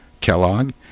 Kellogg